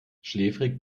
schläfrig